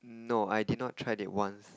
no I did not tried it once